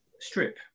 strip